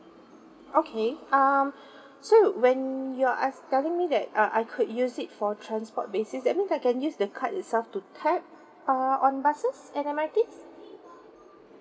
okay um so when you are telling me that uh I could use it for transport basis that means I can use the card itself to tap uh on buses and M_R_Ts